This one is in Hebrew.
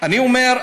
אני אומר,